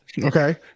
okay